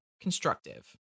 constructive